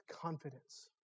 Confidence